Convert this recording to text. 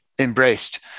embraced